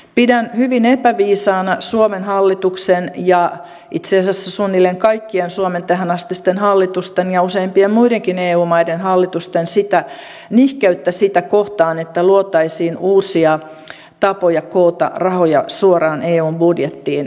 pidän hyvin epäviisaana suomen hallituksen ja itse asiassa suunnilleen kaikkien suomen tähänastisten hallitusten ja useimpien muidenkin eu maiden hallitusten nihkeyttä sitä kohtaan että luotaisiin uusia tapoja koota rahoja suoraan eun budjettiin